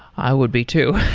i would be too.